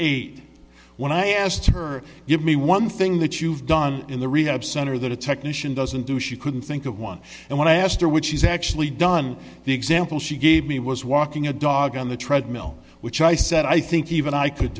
eight when i asked her give me one thing that you've done in the rehab center that a technician doesn't do she couldn't think of one and when i asked her which she's actually done the example she gave me was walking a dog on the treadmill which i said i think even i could